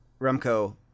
Remco